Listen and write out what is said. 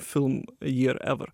film year ever